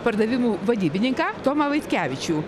pardavimų vadybininką tomą vaitkevičių